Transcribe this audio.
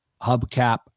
hubcap